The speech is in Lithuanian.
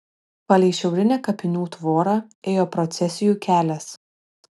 palei šiaurinę kapinių tvorą ėjo procesijų kelias